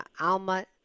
Alma